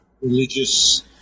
religious